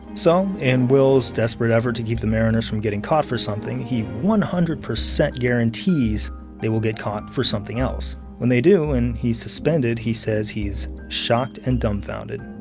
so, in wills' desperate effort to keep the mariners from getting caught for something, he one hundred percent guarantees they will get caught for something else. when they do and he's suspended, he says he's shocked and dumbfounded.